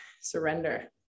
surrender